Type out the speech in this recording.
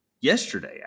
yesterday